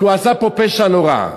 כי הוא עשה פה פשע נורא.